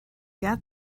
got